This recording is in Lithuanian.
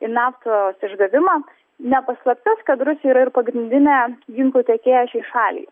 į naftos išgavimą ne paslaptis kad rusija yra ir pagrindinė ginklų tiekėja šiai šaliai